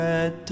Red